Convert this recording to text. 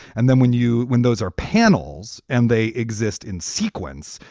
and then when you when those are panels and they exist in sequence,